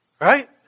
right